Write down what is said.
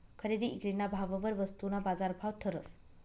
खरेदी ईक्रीना भाववर वस्तूना बाजारभाव ठरस